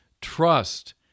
trust